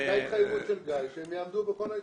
הייתה התחייבות של גיא שהם יעמדו בכל ההתחייבויות,